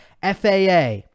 FAA